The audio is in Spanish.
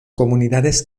comunidades